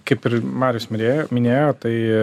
kaip ir marius mirėjo minėjo tai